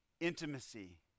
intimacy